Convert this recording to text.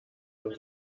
von